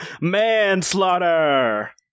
Manslaughter